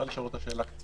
העניין של